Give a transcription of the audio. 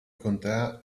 contea